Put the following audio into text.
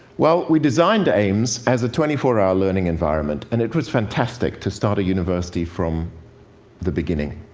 well, we designed aims as a twenty four hour learning environment, and it was fantastic to start a university from the beginning.